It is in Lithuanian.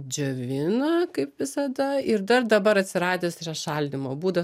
džiovina kaip visada ir dar dabar atsiradęs yra šaldymo būdas